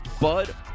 bud